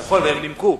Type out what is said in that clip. נכון, והם נימקו.